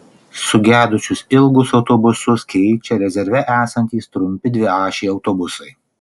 sugedusius ilgus autobusus keičia rezerve esantys trumpi dviašiai autobusai